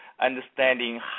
understanding